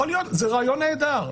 יכול להיות, זה רעיון נהדר.